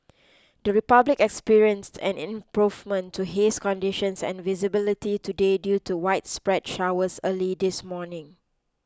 the Republic experienced an improvement to haze conditions and visibility today due to widespread showers early this morning